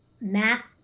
Matt